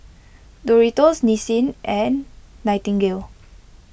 Doritos Nissin and Nightingale